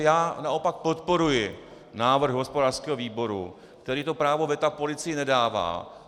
Já naopak podporuji návrh hospodářského výboru, který to právo veta policii nedává.